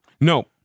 No